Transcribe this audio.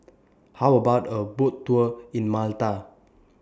How about A Boat Tour in Malta